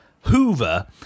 Hoover